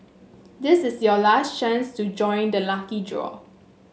this is your last chance to join the lucky draw